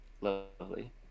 Lovely